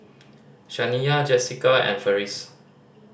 Shaniya Jesica and Ferris